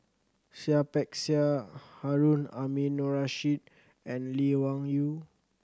Seah Peck Seah Harun Aminurrashid and Lee Wung Yew